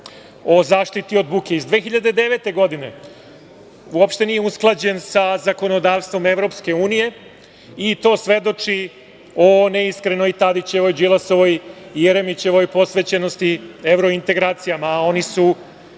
o zaštiti od buke iz 2009. godine uopšte nije usklađen sa zakonodavstvom EU i to svedoči o neiskrenoj Tadićevoj, Đilasovoj i Jeremićevoj posvećenosti evrointegracijama, a oni su